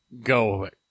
go